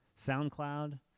SoundCloud